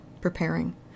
preparing